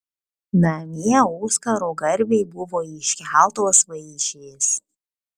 namie oskaro garbei buvo iškeltos vaišės